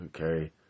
okay